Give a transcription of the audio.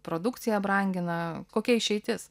produkciją brangina kokia išeitis